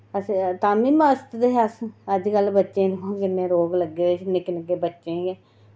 ते तां निं मस्त हे अस अजकल दिक्खो आं बच्चें गी किन्ने रोग लग्गे दे निक्के निक्के बच्चें गी बी